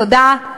תודה.